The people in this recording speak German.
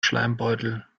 schleimbeutel